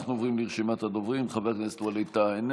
אנחנו עוברים לרשימת הדוברים: חבר הכנסת ווליד טאהא,